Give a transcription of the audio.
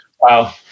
Wow